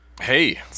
hey